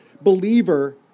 believer